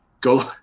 Go